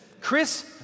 Chris